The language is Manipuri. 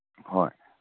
ꯍꯣꯏ